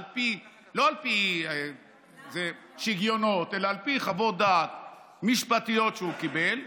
לא על פי שיגיונות אלא על פי חוות דעת משפטיות שהוא קיבל,